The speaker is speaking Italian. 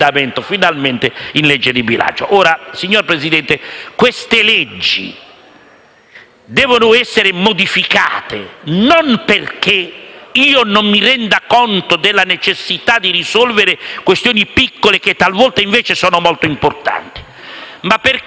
emendamento in legge di bilancio. Signor Presidente, queste leggi devono essere modificate, non perché io non mi renda conto della necessità di risolvere questioni piccole che, talvolta, sono invece molto importanti, ma perché